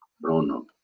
Bruno